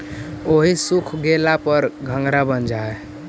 ओहि सूख गेला पर घंघरा बन जा हई